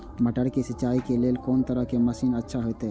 मटर के सिंचाई के लेल कोन तरह के मशीन अच्छा होते?